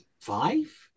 five